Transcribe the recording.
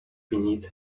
beneath